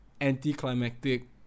anticlimactic